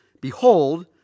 behold